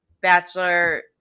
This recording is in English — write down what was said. Bachelor –